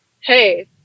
hey